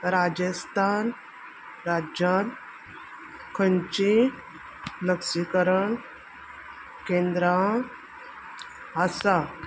राजस्थान राज्यांत खंयचीं लसीकरण केंद्रां आसा